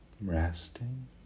resting